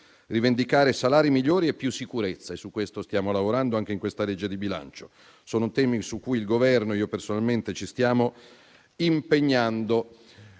rivendicare salari migliori e più sicurezza, e su questo stiamo lavorando anche in questa legge di bilancio. Sono temi su cui il Governo ed io personalmente ci stiamo impegnando.